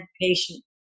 patient